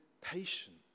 patience